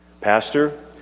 Pastor